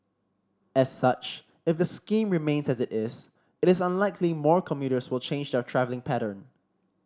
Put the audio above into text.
as such if the scheme remains as it is it is unlikely more commuters will change their travelling pattern